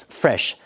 fresh